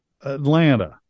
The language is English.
Atlanta